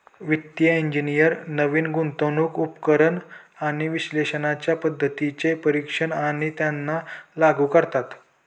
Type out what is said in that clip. वित्तिय इंजिनियर नवीन गुंतवणूक उपकरण आणि विश्लेषणाच्या पद्धतींचे परीक्षण आणि त्यांना लागू करतात